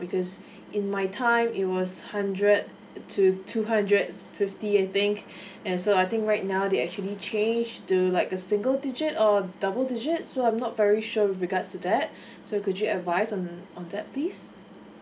because in my time it was hundred to two hundred fifty I think and so I think right now they actually changed do like a single digit or double digit so I'm not very sure with regard to that so could you advise on on that please